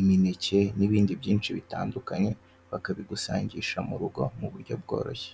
imineke nibindi byinshi bitandukanye...; bakabigusangisha mu rugo mu buryo bworoshye.